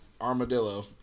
armadillo